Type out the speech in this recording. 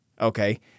okay